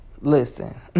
listen